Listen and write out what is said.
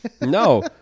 No